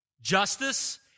justice